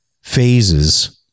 phases